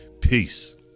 Peace